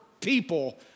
people